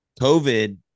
COVID